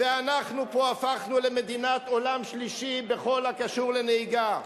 ואנחנו פה הפכנו למדינת עולם שלישי בכל הקשור לנהיגה.